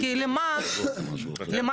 כי למה להעמיס?